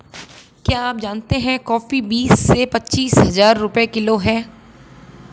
क्या आप जानते है कॉफ़ी बीस से पच्चीस हज़ार रुपए किलो है?